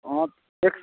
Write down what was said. हँ एक सओ